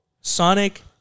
Sonic